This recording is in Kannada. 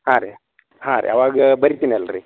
ಹಾಂ ರೀ ಹಾಂ ರೀ ಆವಾಗ ಬರೀತೀನಿ ಅಲ್ರಿ